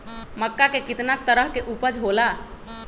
मक्का के कितना तरह के उपज हो ला?